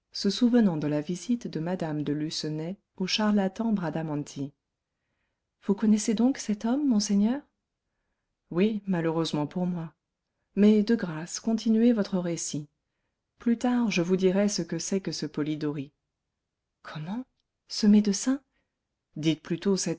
se souvenant de la visite de mme de lucenay au charlatan bradamanti vous connaissez donc cet homme monseigneur oui malheureusement pour moi mais de grâce continuez votre récit plus tard je vous dirai ce que c'est que ce polidori comment ce médecin dites plutôt